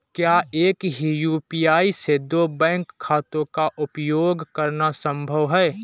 क्या एक ही यू.पी.आई से दो बैंक खातों का उपयोग करना संभव है?